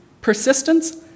persistence